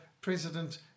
president